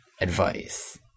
advice